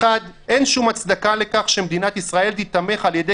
1. אין שום הצדקה לכך שמדינת ישראל תיתמך על-ידי